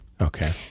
okay